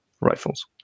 rifles